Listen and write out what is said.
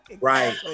right